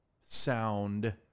sound